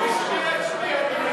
הוא הזכיר את שמי, אדוני.